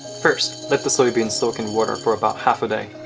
first, let the soybeans soak in water for about half a day.